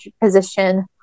position